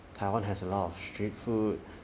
taiwan has a lot of street food